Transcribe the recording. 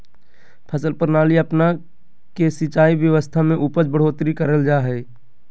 फसल प्रणाली अपना के सिंचाई व्यवस्था में उपज बढ़ोतरी करल जा हइ